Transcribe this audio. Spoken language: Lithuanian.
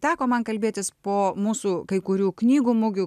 teko man kalbėtis po mūsų kai kurių knygų mugių